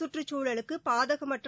சுற்றுச்சூழலுக்கு பாதகமற்ற